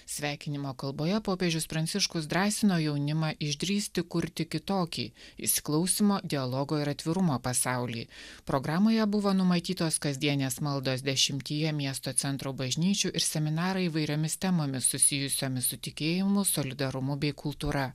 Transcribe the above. sveikinimo kalboje popiežius pranciškus drąsino jaunimą išdrįsti kurti kitokį įsiklausymo dialogo ir atvirumo pasaulį programoje buvo numatytos kasdienės maldos dešimtyje miesto centro bažnyčių ir seminarai įvairiomis temomis susijusiomis su tikėjimu solidarumu bei kultūra